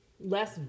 less